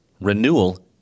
renewal